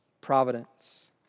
providence